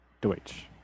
deutsch